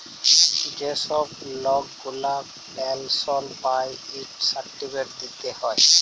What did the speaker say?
যে ছব লক গুলা পেলশল পায় ইকট সার্টিফিকেট দিতে হ্যয়